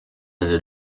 into